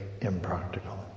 impractical